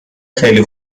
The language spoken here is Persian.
خیلی